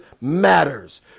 matters